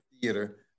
theater